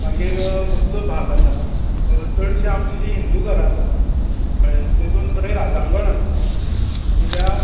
मागीर मदलो भाग आसा चडशीं आमचीं हिंदू घरां आसा तितून थंय राज्यांकण आसा आनी त्या